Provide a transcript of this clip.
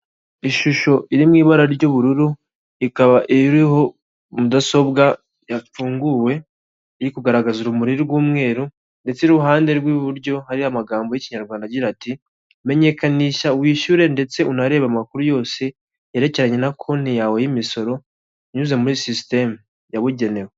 Ishusho iri mu ibara ry'ubururu ikaba iriho mudasobwa yafunguwe iri kugaragaza urumuri rw'umweru, ndetse iruhande rw'iburyo hari amagambo y'Ikinyarwanda agira ati: "Menyekanisha wishyure ndetse unarebe amakuru yose yerekeranye na konti yawe y'imisoro, unyuze muri system yabugenewe."